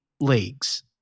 leagues